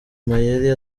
mayeri